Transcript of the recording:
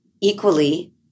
equally